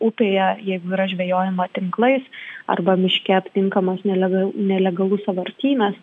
upėje jeigu yra žvejojama tinklais arba miške aptinkamas nelegal nelegalus sąvartynas